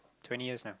twenty years now